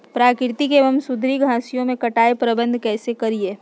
प्राकृतिक एवं सुधरी घासनियों में कटाई प्रबन्ध कैसे करीये?